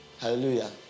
Hallelujah